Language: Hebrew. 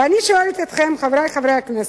ואני שואלת אתכם, חברי חברי הכנסת: